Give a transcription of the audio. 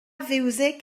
fiwsig